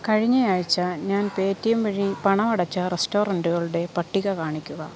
കഴിഞ്ഞ ആഴ്ച ഞാൻ പേടിഎം വഴി പണം അടച്ച റെസ്റ്റോറന്റുകളുടെ പട്ടിക കാണിക്കുക